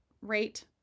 rate